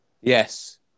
Yes